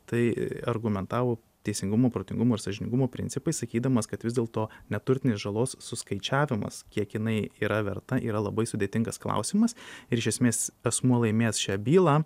tai argumentavo teisingumo protingumo ir sąžiningumo principais sakydamas kad vis dėlto neturtinės žalos suskaičiavimas kiek jinai yra verta yra labai sudėtingas klausimas ir iš esmės asmuo laimėjęs šią bylą